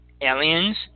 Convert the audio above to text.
Aliens